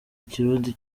ikirundi